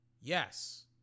yes